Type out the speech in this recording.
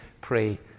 pray